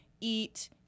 eat